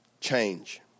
change